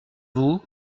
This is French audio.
vous